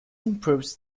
improves